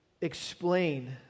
explain